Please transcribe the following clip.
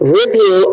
review